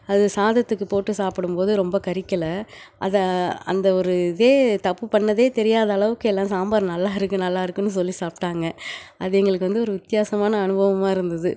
அது சாதத்துக்கு போட்டு சாப்பிடும்போது ரொம்ப கரிக்கல அதை அந்த ஒரு இதே தப்பு பண்ணதே தெரியாத அளவுக்கு எல்லாம் சாம்பார் நல்லா இருக்கு நல்லா இருக்குன்னு சொல்லி சாப்பிட்டாங்க அது எங்களுக்கு வந்து ஒரு வித்தியாசமான அனுபவமாக இருந்தது